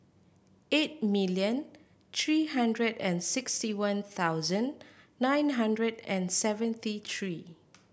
eight million three hundred and sixty one thousand nine hundred and seventy three